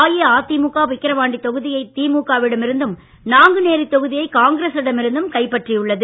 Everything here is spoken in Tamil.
அஇஅதிமுக விக்கிரவாண்டி தொகுதியை திமுக விடமிருந்தும் நாங்குநேரி தொகுதியை காங்கிரசிடம் இருந்தும் கைப்பற்றியுள்ளது